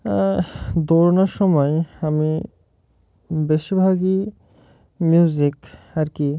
দৌড়নার সময় আমি বেশিরভাগই মিউজিক আর কি